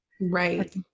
Right